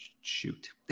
shoot